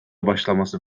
başlaması